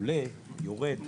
עולה/יורד וכו',